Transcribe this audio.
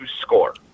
score